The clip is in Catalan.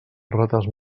rates